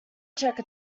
checker